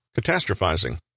Catastrophizing